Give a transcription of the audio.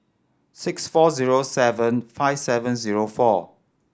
six four zero seven five seven zero four